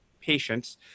patients